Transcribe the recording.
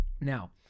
now